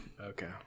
Okay